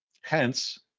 Hence